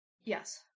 Yes